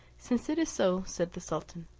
since it is so, said the sultan,